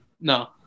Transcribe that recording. No